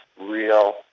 real